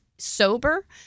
sober